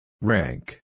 Rank